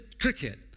cricket